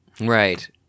Right